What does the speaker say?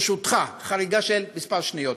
ברשותך, חריגה של כמה שניות.